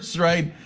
right?